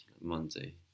Monday